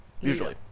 Usually